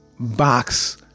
Box